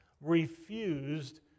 refused